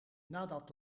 nadat